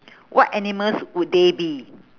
what animals would they be